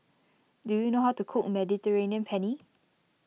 do you know how to cook Mediterranean Penne